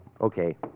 Okay